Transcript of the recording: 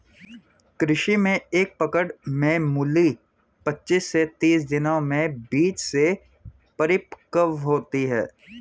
कृषि में एक पकड़ में मूली पचीस से तीस दिनों में बीज से परिपक्व होती है